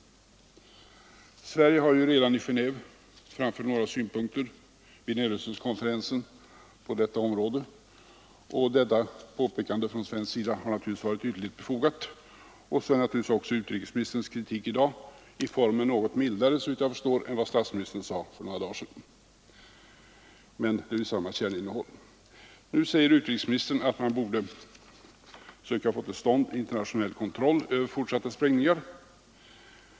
Sverige har redan i Gendve framfört några synpunkter vid nedrust ningskonferensen på detta område. Detta påpekande från svensk sida har naturligtvis varit ytterligt befogat, vilket också gäller utrikesministerns kritik i dag — i formen något mildare, såvitt jag kan förstå, än det statsministern sade för några dagar sedan. Men huvudinnehållet är detsamma. Nu säger utrikesministern att man borde försöka få till stånd internationell kontroll över fortsatta sprängningar.